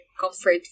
comfort